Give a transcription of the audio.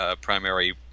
primary